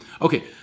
Okay